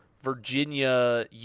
Virginia